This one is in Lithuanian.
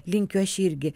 linkiu aš irgi